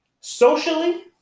socially